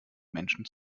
menschen